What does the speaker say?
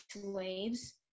slaves